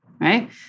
right